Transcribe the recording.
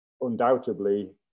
undoubtedly